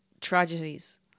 tragedies